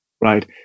Right